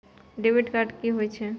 Debit card की होय छे?